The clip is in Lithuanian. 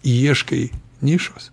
ieškai nišos